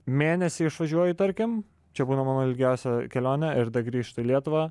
mėnesiui išvažiuoji tarkim čia būna mano ilgiausia kelionė ir da grįžta į lietuvą